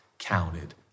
counted